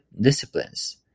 disciplines